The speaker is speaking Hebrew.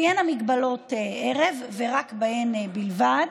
תהיינה מגבלות בערב, ורק בהם בלבד.